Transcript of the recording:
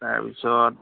তাৰপিছত